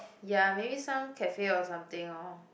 ya maybe some cafe or something lor